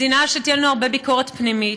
מדינה שתהיה לנו הרבה ביקורת פנימית,